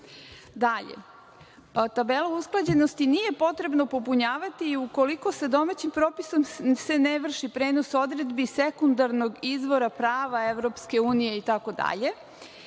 uniju. Dalje, tabelu usklađenosti nije potrebno popunjavati ukoliko se domaćim propisom ne vrši prenos odredbi sekundarnog izvora prava Evropske unije, itd,